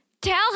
Tell